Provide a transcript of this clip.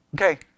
okay